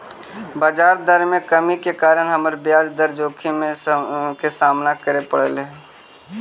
बजार दर में कमी के कारण हमरा ब्याज दर जोखिम के सामना करे पड़लई हल